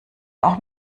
auch